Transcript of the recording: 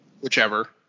whichever